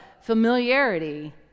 familiarity